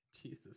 jesus